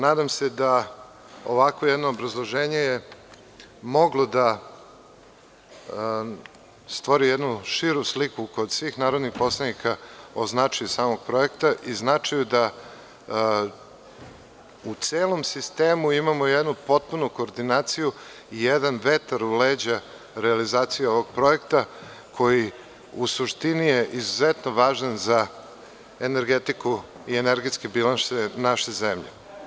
Nadam se da ovakvo jedno obrazloženje je moglo da stvori jednu sliku kod svih narodnih poslanika o značaju samog projekta i značaju da u celim sistemu imamo jednu potpunu koordinaciju i jedan vetar u leća realizaciji ovog projekta koji u suštini je izuzetno važan za energetiku i energetske bilanse naše zemlje.